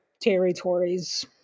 territories